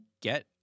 get